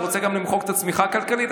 אתה רוצה גם למחוק את הצמיחה הכלכלית?